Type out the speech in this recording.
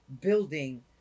building